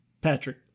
patrick